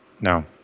No